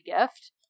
gift